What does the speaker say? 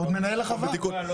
ועוד מנהל החווה.